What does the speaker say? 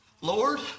Lord